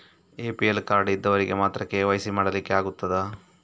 APL card ಇದ್ದವರಿಗೆ ಮಾತ್ರ KYC ಮಾಡಲಿಕ್ಕೆ ಆಗುತ್ತದಾ?